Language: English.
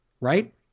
Right